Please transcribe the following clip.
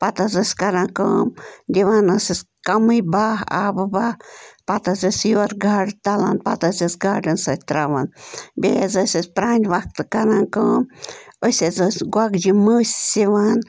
پتہٕ حظ ٲسۍ کَران کٲم دِوان ٲسٕس کَمٕے بَہ آبہٕ بَہ پتہٕ حظ ٲسۍ یورٕ گاڈٕ تَلان پتہٕ حظ ٲسۍ گاڈن سۭتۍ تَراوان بیٚیہِ حظ ٲسۍ أسۍ پَرٛانہِ وقتہٕ کَران کٲم أسۍ حظ ٲسۍ گۄگجہِ مٔسۍ سِوان